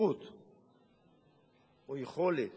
סמכות או יכולת,